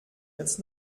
jetzt